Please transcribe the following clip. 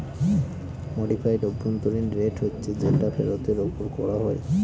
modified অভ্যন্তরীন rate হচ্ছে যেটা ফেরতের ওপর করা হয়